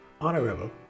honorable